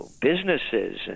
businesses